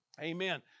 Amen